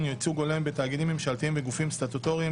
- ייצוג הולם בתאגידים ממשלתיים וגופים סטטוטוריים),